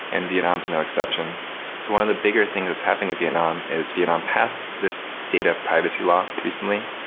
and vietnam is no exception. so one of the bigger thing that's happening in vietnam is vietnam passed this data privacy law recently,